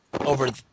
over